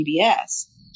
PBS